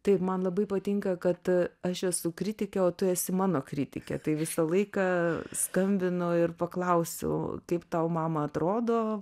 taip man labai patinka kad aš esu kritikė o tu esi mano kritikė tai visą laiką skambinu ir paklausiu kaip tau mama atrodo